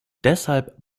deshalb